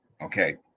okay